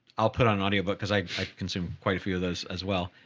i'll put on an audio book cause i consume quite a few of those as well.